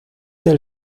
del